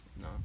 No